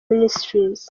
ministries